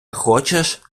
хочеш